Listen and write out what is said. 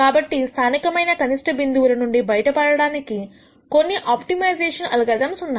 కాబట్టి స్థానికమైన కనిష్ట బిందువుల నుండి బయటపడడానికి కొన్ని ఆప్టిమైజేషన్ అల్గోరిథమ్స్ ఉన్నాయి